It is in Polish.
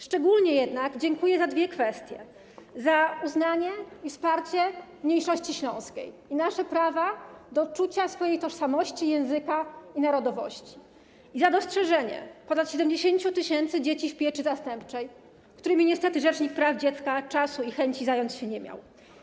Szczególnie jednak dziękuję za dwie kwestie: za uznanie i wsparcie mniejszości śląskiej i naszego prawa do czucia swojej tożsamości, języka i narodowości i za dostrzeżenie ponad 70 tys. dzieci w pieczy zastępczej, którymi niestety rzecznik praw dziecka czasu ani chęci zająć się nie miał.